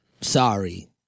sorry